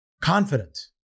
confident